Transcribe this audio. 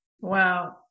Wow